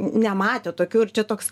nematę tokių ir čia toks